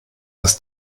dass